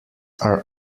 are